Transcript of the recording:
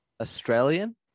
Australian